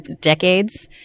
decades